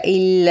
il